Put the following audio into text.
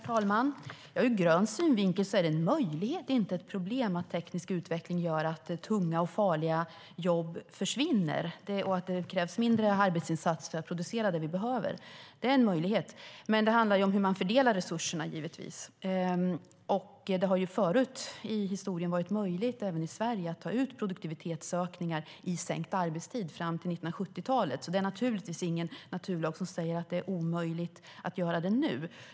Herr talman! Ur grön synvinkel är det en möjlighet, inte ett problem, att teknisk utveckling gör att tunga och farliga jobb försvinner och att det krävs mindre arbetsinsatser för att producera det vi behöver. Det är en möjlighet. Det handlar om hur man fördelar resurserna. Det har tidigare under historiens gång varit möjligt, även i Sverige, att ta ut produktivitetsökningar i form av sänkt arbetstid. Fram till 1970-talet var det så. Det är alltså ingen naturlag som säger att det nu är omöjligt att göra det.